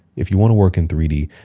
if you wanna work in three d,